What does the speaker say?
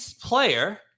player